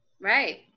Right